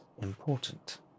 important